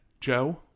Joe